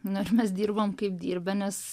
nu ir mes dirbam kaip dirbę nes